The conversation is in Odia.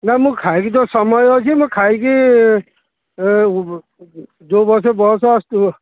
ନା ମୁଁ ଖାଇକି ତ ସମୟ ଅଛି ମୁଁ ଖାଇକି ଯେଉଁ ବସରେ ବସ୍ ଆସୁଥିବ